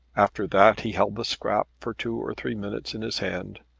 after that he held the scrap for two or three minutes in his hands,